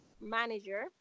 manager